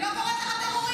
אני לא קוראת לך טרוריסט,